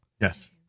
Yes